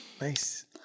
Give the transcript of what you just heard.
Nice